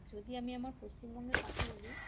যদি আমি আমার পশ্চিমবঙ্গের কথা বলি